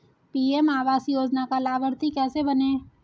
PM Awas Yojana का लाभर्ती कैसे बनें?